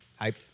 Hyped